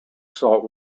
salt